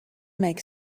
make